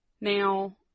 Now